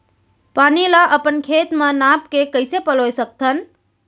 पानी ला अपन खेत म नाप के कइसे पलोय सकथन?